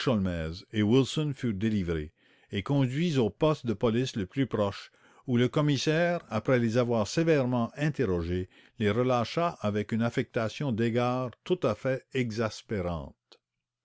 wilson furent délivrés et conduits au poste de police le plus proche où le commissaire après les avoir sévèrement interrogés les relâcha avec une affectation d'égards tout à fait exaspérante